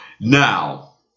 Now